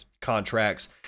contracts